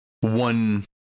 one